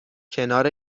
کنار